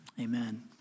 Amen